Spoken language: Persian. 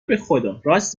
بخداراست